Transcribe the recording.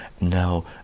now